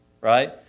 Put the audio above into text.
Right